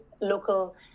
local